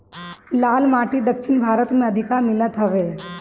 लाल माटी दक्षिण भारत में अधिका मिलत हवे